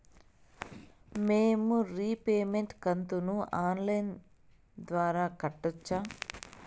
మేము రీపేమెంట్ కంతును online ద్వారా కట్టొచ్చా